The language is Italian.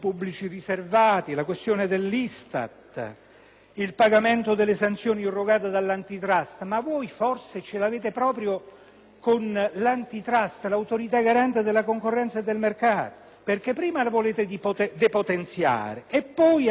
il pagamento delle sanzioni irrogate dall'Antitrust. Ma voi forse ce l'avete proprio con l'*Antitrust*, l'Autorità garante della concorrenza e del mercato: prima la volete depotenziare e poi addirittura, in un momento come questo,